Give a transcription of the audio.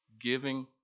giving